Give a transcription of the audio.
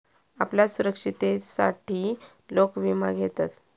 आपल्या सुरक्षिततेसाठी लोक विमा घेतत